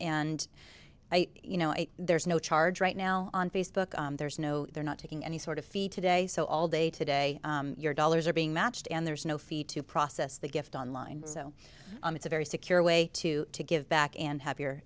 and you know there's no charge right now on facebook there's no they're not taking any sort of fee today so all day today you're dollars are being matched and there's no fee to process the gift online so it's a very secure way to give back and have your